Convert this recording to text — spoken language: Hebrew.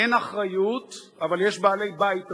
אין אחריות אבל יש בעלי-בית רבים,